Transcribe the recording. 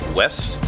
west